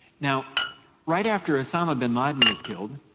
now right after osama bin laden was killed,